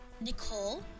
Nicole